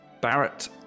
Barrett